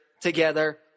together